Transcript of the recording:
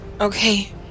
Okay